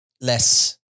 less